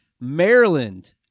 Maryland